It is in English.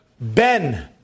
ben